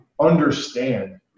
understand